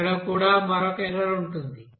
ఇక్కడ కూడా మరొక ఎర్రర్ ఉంటుంది